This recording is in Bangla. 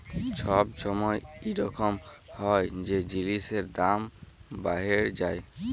ছব ছময় ইরকম হ্যয় যে জিলিসের দাম বাড়্হে যায়